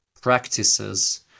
practices